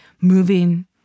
moving